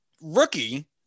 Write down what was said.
rookie